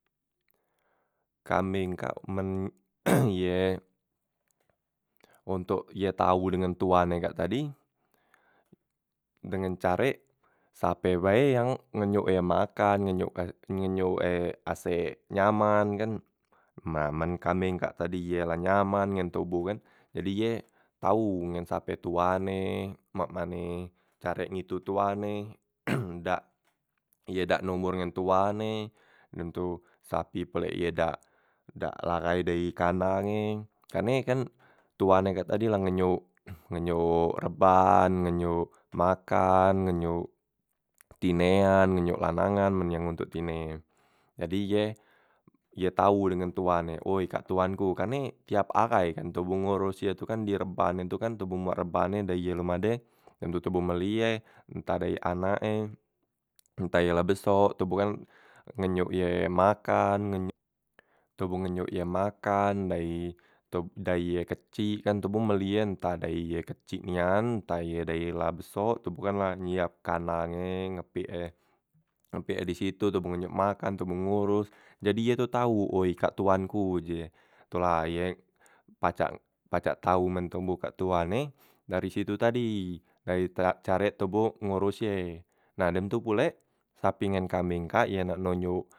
Kambeng kak men ye, untuk ye tau dengan tuan e kak tadi, dengen carek sape bae yang ngenyuk ye makan, ngenyuk ka ngenyuk e asek nyaman kan. Nah men kambeng kak tadi ye la nyaman ngen toboh kan, jadi ye tau ngen sape tuan e, mak mane carek ngitu tuan e dak ye dak numbur ngen tuan e, nyentuh sapi pulek ye dak dak larai dari kandange, karne kan tuan e kak tadi la ngenyuk ngenyuk reban, ngenyuk makan, ngeyuk tine an, ngeyuk lanang an men yang untuk tine. Jadi ye, ye tau dengan tuan e, oy kak tuanku, karne tiap arai kan toboh ngurus ye tu kan di rebannye tu kan toboh mak rebannye dari ye lom ade dem tu toboh belie entah dari anake, entah ye lah besok, toboh kan ngenyok ye makan, ngenyok toboh ngenyok ye makan dari tob dari ye kecik, kan toboh melie ntah dari ye kecik nian, ntah dari ye lah besok, toboh kan la nyiapkan kandang e, ngepike ngepike disitu toboh ngenyuk makan, toboh ngurus, jadi ye tu tau, oy kak tuanku uji ye, tu la ye pacak pacak tau men toboh kak tuan e dari situ tadi, dari terap carek tubuh ngurus ye, nah dem tu pule sapi ngen kambing ka ye nak nunyuk.